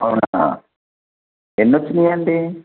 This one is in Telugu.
అవునా ఎన్ని వచ్చాయండి